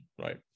right